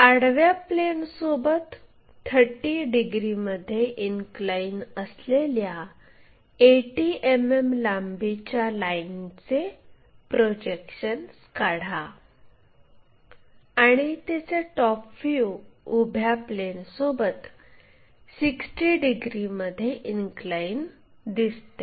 आडव्या प्लेनसोबत 30 डिग्रीमध्ये इनक्लाइन असलेल्या 80 मिमी लांबीच्या लाईनचे प्रोजेक्शन्स काढा आणि तिचे टॉप व्ह्यू उभ्या प्लेनसोबत 60 डिग्रीमध्ये इनक्लाइन दिसते